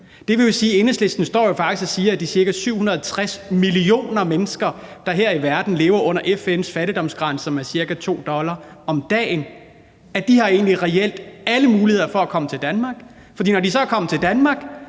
står og siger, at de ca. 760 millioner mennesker, der her i verden lever under FN's fattigdomsgrænse, som er ca. 2 dollar om dagen, egentlig reelt har alle muligheder for at komme til Danmark. For når de så er kommet til Danmark,